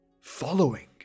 Following